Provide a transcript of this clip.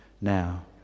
now